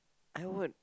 I would